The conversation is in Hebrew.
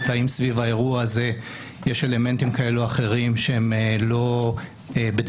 האם סביב האירוע הזה יש אלמנטים כאלו או אחרים שהם לא בדרך